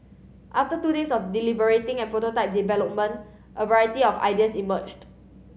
after two days of deliberating and prototype development a variety of ideas emerged